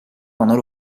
pendant